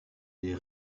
les